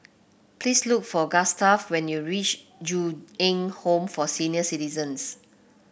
please look for Gustaf when you reach Ju Eng Home for Senior Citizens